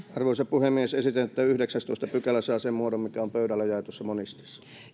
arvoisa puhemies esitän että yhdeksästoista pykälä saa sen muodon mikä on pöydälle jaetussa monisteessa